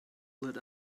lit